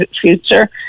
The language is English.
future